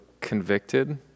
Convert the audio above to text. convicted